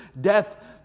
death